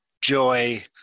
joy